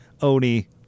Oni